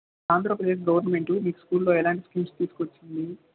Andhra Pradesh government మీకు స్కూల్లో ఎలాంటి స్కీమ్స్ తీసుకొచ్చింది